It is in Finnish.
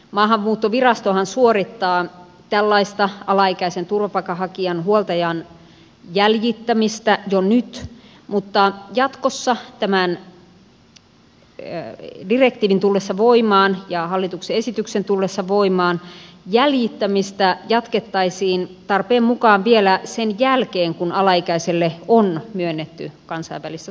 maahanmuuttovirastohan suorittaa tällaista alaikäisen turvapaikanhakijan huoltajan jäljittämistä jo nyt mutta jatkossa tämän direktiivin ja hallituksen esityksen tullessa voimaan jäljittämistä jatkettaisiin tarpeen mukaan vielä sen jälkeen kun alaikäiselle on myönnetty kansainvälistä suojelua